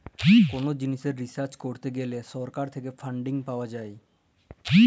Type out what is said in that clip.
call জিলিসে research করত গ্যালে সরকার থেক্যে ফান্ডিং পাওয়া যায়